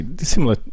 similar